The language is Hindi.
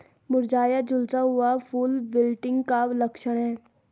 मुरझाया या झुलसा हुआ फूल विल्टिंग का लक्षण है